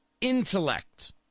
intellect